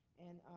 and